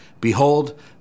Behold